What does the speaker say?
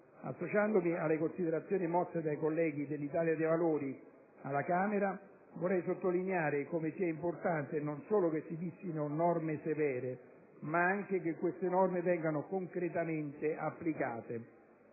Associandomi alle considerazioni mosse dai colleghi dell'Italia dei Valori alla Camera, sottolineo come sia importante non solo che si fissino norme severe, ma anche che queste norme vengano concretamente applicate.